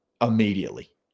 immediately